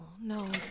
no